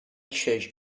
church